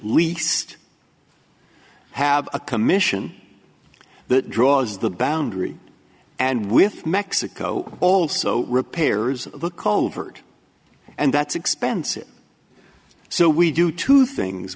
least have a commission that draws the boundary and with mexico also repairers the culvert and that's expensive so we do two things